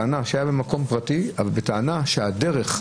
בימי שמחת בית השואבה הם פתוחים לציבור הרחב.